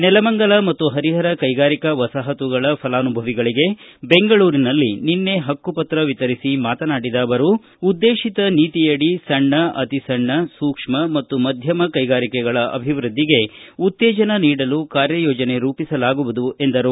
ನೆಲಮಂಗಲ ಮತ್ತು ಹರಿಹರ ಕೈಗಾರಿಕಾ ವಸಾಹತುಗಳ ಫಲಾನುಭವಿಗಳಿಗೆ ಬೆಂಗಳೂರಿನಲ್ಲಿ ನಿನ್ನೆ ಹಕ್ಕು ಪತ್ರ ವಿತರಿಸಿ ಮಾತನಾಡಿದ ಅವರು ಉದ್ದೇಶಿತ ನೀತಿಯಡಿ ಸಣ್ಣ ಅತಿಸಣ್ಣ ಸೂಕ್ಷ್ಮ ಮತ್ತು ಮಧ್ಯಮ ಕೈಗಾರಿಕೆಗಳ ಅಭಿವೃದ್ಧಿಗೆ ಉತ್ತೇಜನ ನೀಡಲು ಕಾರ್ಯಯೋಜನೆ ರೂಪಿಸಲಾಗುವುದು ಎಂದರು